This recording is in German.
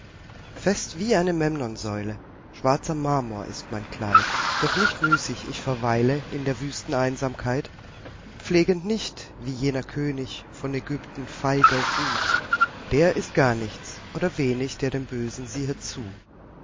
fest wie eine memnonsäule schwarzer marmor ist mein kleid doch nicht müßig ich verweile in der wüsten einsamkeit pflegend nicht wie jener könig von aegypten feiger ruh der ist gar nichts oder wenig der dem bösen siehet zu